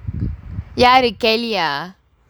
யாரு:yaaru kelly ah